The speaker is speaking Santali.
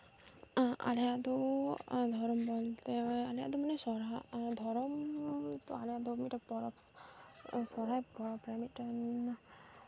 ᱟᱞᱮᱭᱟᱜ ᱫᱚ ᱫᱷᱚᱨᱚᱢ ᱵᱚᱞᱛᱮ ᱟᱞᱮᱭᱟᱜ ᱫᱚ ᱢᱟᱱᱮ ᱥᱚᱨᱦᱟᱭ ᱫᱷᱚᱨᱚᱢ ᱫᱚ ᱟᱞᱮᱭᱟᱜ ᱢᱤᱫᱴᱟᱱ ᱯᱚᱨᱚᱵᱽ ᱥᱚᱨᱦᱟᱭ ᱯᱚᱨᱚᱵᱽ ᱨᱮ ᱢᱤᱫᱴᱟᱝ